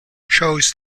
chose